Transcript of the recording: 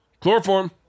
chloroform